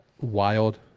wild